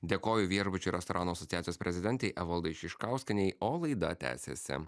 dėkoju vierbučio restoranų asociacijos prezidentei evaldai šiškauskienei o laida tęsiasi